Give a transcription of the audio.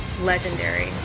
Legendary